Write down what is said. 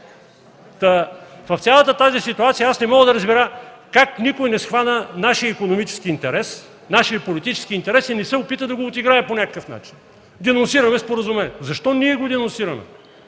В цялата тази ситуация не мога да разбера как никой не схвана нашия икономически интерес, нашия политически интерес и не се опита да го отиграе по някакъв начин. Денонсираме Споразумението! Защо ние го денонсираме